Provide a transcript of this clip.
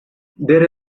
there